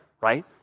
right